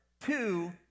two